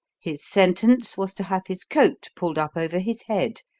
his sentence was to have his coat pulled up over his head,